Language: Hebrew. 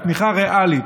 תמיכה ריאלית,